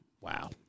Wow